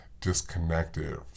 disconnected